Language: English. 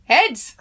Heads